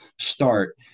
start